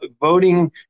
Voting